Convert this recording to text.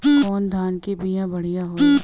कौन धान के बिया बढ़ियां होला?